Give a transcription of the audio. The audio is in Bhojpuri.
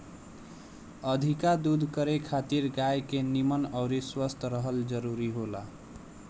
अधिका दूध करे खातिर गाय के निमन अउरी स्वस्थ रहल जरुरी होला